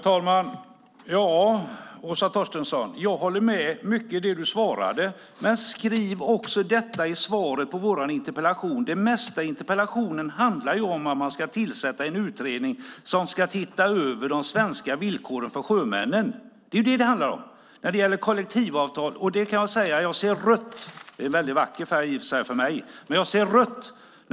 Herr talman! Ja, Åsa Torstensson, jag håller med om mycket av det som du sade. Men skriv också detta i svaret på våra interpellationer! Det mesta handlar ju om att man ska tillsätta en utredning som ska titta över de svenska villkoren för sjömännen - det är det som det handlar om - när det gäller kollektivavtal. Jag ser rött - det är i och för sig en väldigt vacker färg för mig.